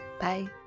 bye